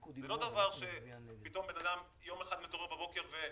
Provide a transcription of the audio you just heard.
זה לא דבר שפתאום בן אדם יום אחד מתעורר בבוקר ואין.